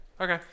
Okay